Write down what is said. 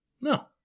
No